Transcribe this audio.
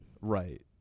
Right